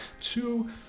two